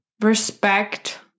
respect